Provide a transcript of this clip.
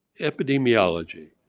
epidemiology.